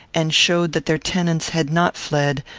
and showed that their tenants had not fled,